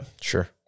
Sure